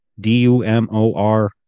d-u-m-o-r